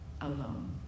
alone